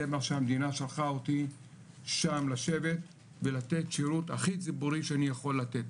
זה מה שהמדינה שלחה אותי שם לשבת ולתת שירות הכי ציבורי שאני יכול לתת,